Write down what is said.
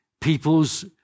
people's